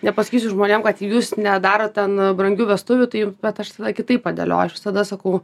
nepasakysiu žmonėm kad jūs nedarot ten brangių vestuvių tai bet aš tada kitaip padėlioju aš visada sakau